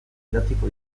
idatziko